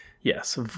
yes